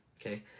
Okay